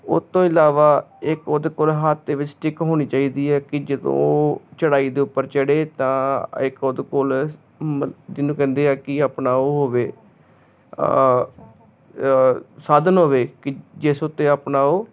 ਉਹ ਤੋਂ ਇਲਾਵਾ ਇੱਕ ਉਹਦੇ ਕੋਲ ਹੱਥ ਦੇ ਵਿੱਚ ਸਟਿਕ ਹੋਣੀ ਚਾਹੀਦੀ ਹੈ ਕਿ ਜਦੋਂ ਚੜਾਈ ਦੇ ਉੱਪਰ ਚੜ੍ਹੇ ਤਾਂ ਇੱਕ ਉਹਦੇ ਕੋਲ ਜਿਹਨੂੰ ਕਹਿੰਦੇ ਆ ਕਿ ਆਪਣਾ ਉਹ ਹੋਵੇ ਸਾਧਨ ਹੋਵੇ ਜਿਸ ਉੱਤੇ ਆਪਣਾ ਉਹ